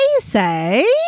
say